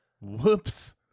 whoops